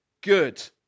good